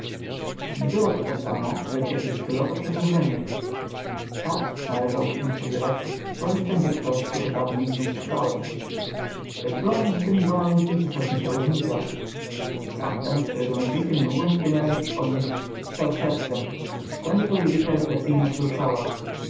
nie było to to samo lecz jakby stylowe przedłużenie tak należałoby się spodziewać tworzyć będzie ktoś którego dawniej gdzieś czytałem lecz była między tymi dwoma ludźmi zasadnicza różnica tamten którego nazwiska nie mogłem sobie na razie przypomnieć pisał sercem i stąd jego liryka refleksyjna wzruszyła